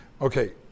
Okay